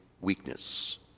weakness